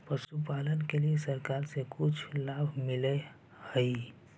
पशुपालन के लिए सरकार से भी कुछ लाभ मिलै हई?